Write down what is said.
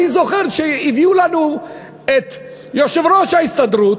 אני זוכר שהביאו לנו את יושב-ראש ההסתדרות